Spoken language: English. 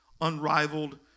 unrivaled